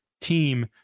team